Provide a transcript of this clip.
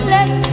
Let